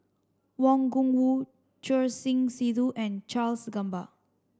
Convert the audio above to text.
Wang Gungwu Choor Singh Sidhu and Charles Gamba